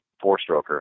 four-stroker